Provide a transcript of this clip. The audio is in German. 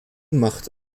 macht